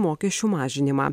mokesčių mažinimą